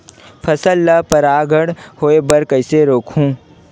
फसल ल परागण होय बर कइसे रोकहु?